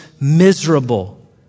miserable